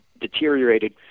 deteriorated